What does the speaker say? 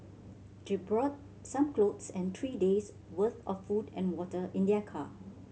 brought some clothes and three days'worth of food and water in their car